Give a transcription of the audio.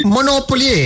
Monopoly